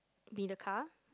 be the car